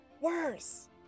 Worse